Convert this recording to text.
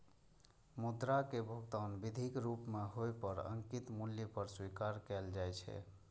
मुद्रा कें भुगतान विधिक रूप मे ओइ पर अंकित मूल्य पर स्वीकार कैल जाइ छै